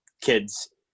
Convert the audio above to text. kids